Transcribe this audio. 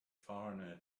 foreigner